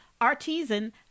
artisan